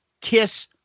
Kiss